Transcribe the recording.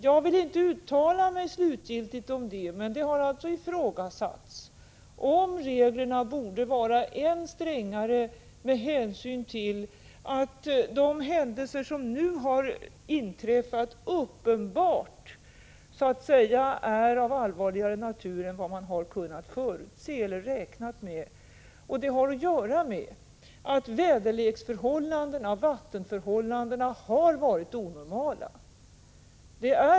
Jag vill inte slutgiltigt uttala mig om det, men det har ifrågasatts om inte reglerna borde vara än strängare med hänsyn till att de händelser som nu har inträffat uppenbarligen är av allvarligare natur än vad man kunnat förutse eller har räknat med. Det har att göra med att väderleksförhållandena och vattenförhållandena har varit onormala.